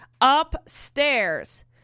upstairs